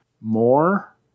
more